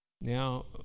Now